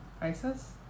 Isis